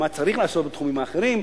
מה צריך לעשות בתחומים האחרים,